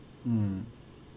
mm